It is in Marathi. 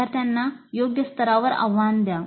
विद्यार्थ्यांना योग्य स्तरावर आव्हान द्या